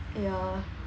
ya